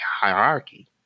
hierarchy